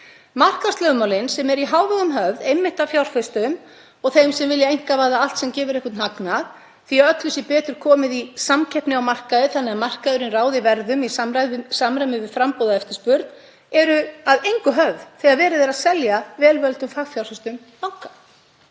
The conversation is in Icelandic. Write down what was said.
Markaðslögmálin, sem eru í hávegum höfð einmitt af fjárfestum og þeim sem vilja einkavæða allt sem gefur einhvern hagnað — því að öllu sé betur komið í samkeppni á markaði þannig að markaðurinn ráði verði í samræmi við framboð og eftirspurn, eru að engu höfð þegar verið er að selja vel völdum fagfjárfestum banka.